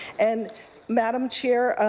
and madam chair,